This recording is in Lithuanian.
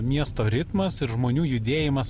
miesto ritmas ir žmonių judėjimas